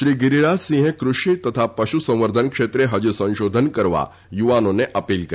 શ્રી ગીરીરાજસિંહે ક્રષિ તથા પશુસંવર્ધન ક્ષેત્રે હજી સંશોધન કરવા યુવાનોને અપીલ કરી